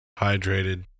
hydrated